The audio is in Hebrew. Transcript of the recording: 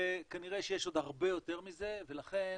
וכנראה שיש עוד הרבה יותר מזה, ולכן